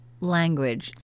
language